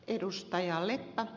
arvoisa puhemies